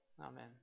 Amen